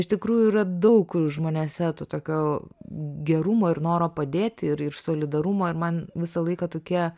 iš tikrųjų yra daug žmonėse to tokio gerumo ir noro padėti ir ir solidarumo ir man visą laiką tokie